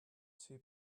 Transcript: two